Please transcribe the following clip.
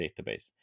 database